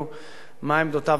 אין לו שום כוונה פוליטית,